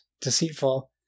deceitful